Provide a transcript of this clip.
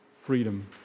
freedom